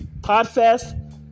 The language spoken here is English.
PodFest